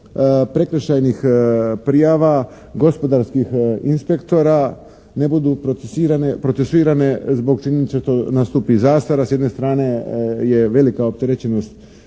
prekršajnih prijava, gospodarskih inspektora ne budu procesuirane zbog činjenice, to nastupi zastara. S jedne strane je velika opterećenost